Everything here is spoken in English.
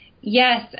Yes